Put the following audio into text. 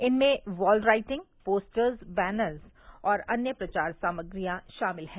इनमें wall writing posters banners और अन्य प्रचार सामग्रियां शामिल हैं